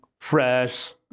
fresh